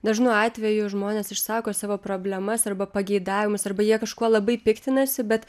dažnu atveju žmonės išsako savo problemas arba pageidavimus arba jie kažkuo labai piktinasi bet